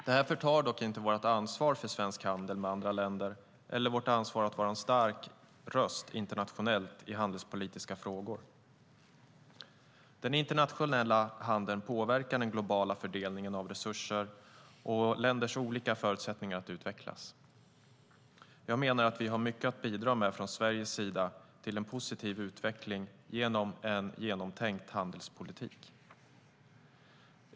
Det förtar dock inte vårt ansvar för svensk handel med andra länder eller vårt ansvar att vara en stark röst internationellt i handelspolitiska frågor. Den internationella handeln påverkar den globala fördelningen av resurser och länders olika förutsättningar att utvecklas. Jag menar att vi har mycket att bidra med från Sveriges sida till en positiv utveckling i form av en genomtänkt handelspolitik.